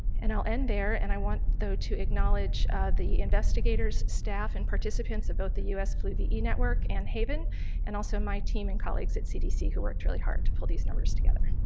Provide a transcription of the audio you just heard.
and i'll end there, and i want though to acknowledge the investigators, staff and participants of both the us flu ve network and haven and also my team and colleagues at cdc who worked really hard to pull these numbers together.